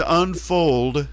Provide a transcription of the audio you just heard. unfold